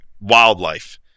wildlife